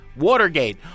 Watergate